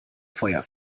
feuer